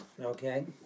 Okay